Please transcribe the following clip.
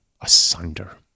asunder